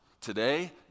today